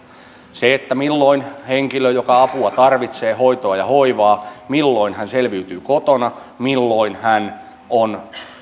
sen milloin henkilö joka apua hoitoa ja hoivaa tarvitsee niin selviytyy kotona ja milloin hän on